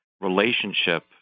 relationship